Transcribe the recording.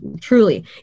truly